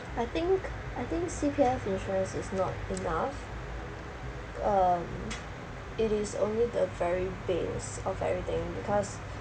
I think I think C_P_F insurance is not enough um it is only the very base of everything because